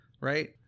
right